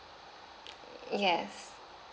yes